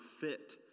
fit